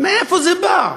מאיפה זה בא?